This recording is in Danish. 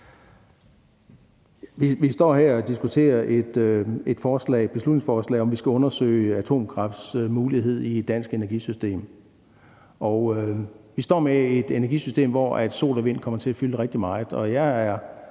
Vi står her og diskuterer et beslutningsforslag om, at vi skal undersøge atomkraftens mulighed i et dansk energisystem. Vi står med et energisystem, hvor sol og vind kommer til at fylde rigtig meget,